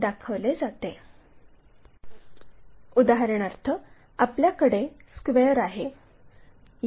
उदाहरणार्थ आपल्याकडे स्क्वेअर आहे